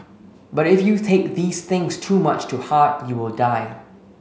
but if you take these things too much to heart you will die